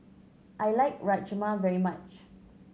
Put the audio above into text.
I like Rajma very much